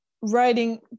writing